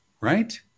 right